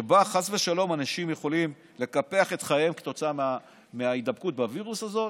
שחס ושלום אנשים יכולים לקפח את חייהם כתוצאה מההידבקות בווירוס הזה,